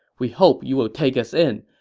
we hope you will take us in.